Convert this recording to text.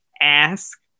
ask